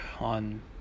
on